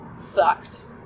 sucked